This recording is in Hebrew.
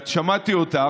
שמעתי אותך,